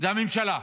זאת הממשלה,